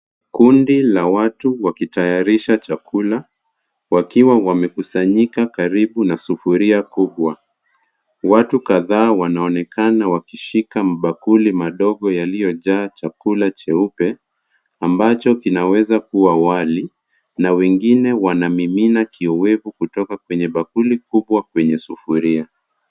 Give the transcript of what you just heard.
Kundi la watu wakitayarisha chakula, wakiwa wamekusanyika karibu na sufuria kubwa. Watu kadhaa wanaonekana wakishika mabakuli madogo yaliyojaa chakula cheupe, ambacho kinaweza kuwa wali na wengine wanamimina kioevu kutoka kwenye bakuli kubwa kwenye sufuria.